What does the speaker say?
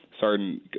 certain